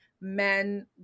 men